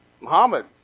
Muhammad